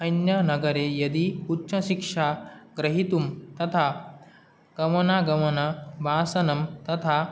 अन्य नगरे यदि उच्चशिक्षा ग्रहीतुं तथा गमनागमनं भाषणं तथा